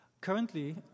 Currently